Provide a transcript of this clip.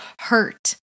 hurt